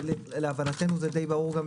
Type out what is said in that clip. להבנתנו, זה די ברור.